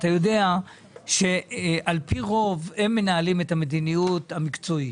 אתה יודע שעל-פי רוב הם מנהלים את המדיניות המקצועית.